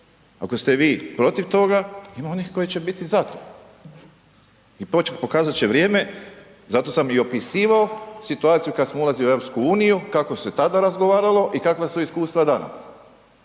Ako ste vi protiv toga, ima onih koji će biti za to. I pokazati će vrijeme, zato sam i opisivao situaciju kada smo ulazili u EU kako se tada razgovaralo i kakva su iskustva danas.